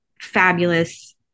fabulous